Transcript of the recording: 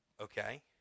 Okay